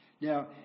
Now